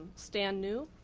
stan nu.